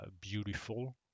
beautiful